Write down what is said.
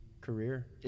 career